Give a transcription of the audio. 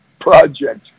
project